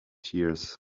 tears